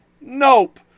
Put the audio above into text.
Nope